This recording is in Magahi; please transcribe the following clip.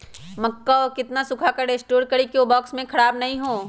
मक्का को कितना सूखा कर स्टोर करें की ओ बॉक्स में ख़राब नहीं हो?